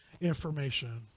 information